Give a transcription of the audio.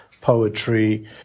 poetry